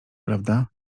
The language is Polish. prawda